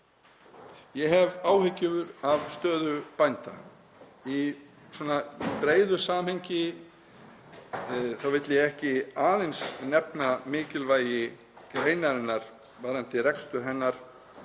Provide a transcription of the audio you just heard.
Ég hef áhyggjur af stöðu bænda í breiðu samhengi. Ég vil ekki aðeins nefna mikilvægi greinarinnar varðandi rekstur hennar